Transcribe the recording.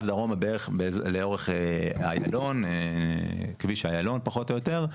דרומה לאורך כביש איילון פחות או יותר,